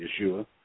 Yeshua